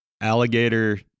alligator